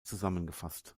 zusammengefasst